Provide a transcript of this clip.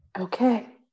Okay